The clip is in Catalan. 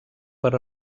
per